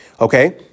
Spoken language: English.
Okay